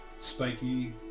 spiky